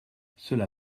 cela